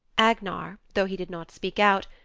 agnar, though he did not speak out,